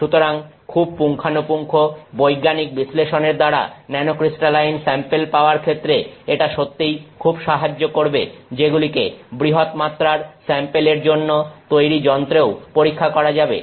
সুতরাং খুব পুঙ্খানুপুঙ্খ বৈজ্ঞানিক বিশ্লেষণের দ্বারা ন্যানোক্রিস্টালাইন স্যাম্পেল পাওয়ার ক্ষেত্রে এটা সত্যিই খুব সাহায্য করবে যেগুলিকে বৃহৎ মাত্রার স্যাম্পেলের জন্য তৈরি যন্ত্রেও পরীক্ষা করা যাবে